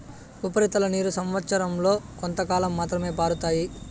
ఉపరితల నీరు సంవచ్చరం లో కొంతకాలం మాత్రమే పారుతాయి